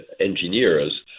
engineers